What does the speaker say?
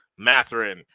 Matherin